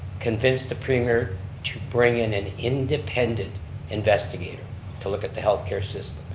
convince the premier to bring in an independent investigator to look at the health care system.